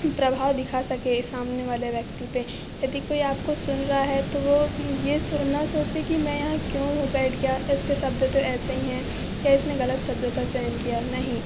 प्रभाव दिखा सके सामने वाले व्यक्ति पर यदि कोई आप को सुन रहा है तो वो ये ना सोचे कि मैं यहाँ क्यों बैठ गया इसके शब्द तो ऐसे ही हैं या इसने गलत शब्दों का चयन किया नहीं